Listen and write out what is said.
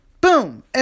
Boom